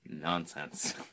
nonsense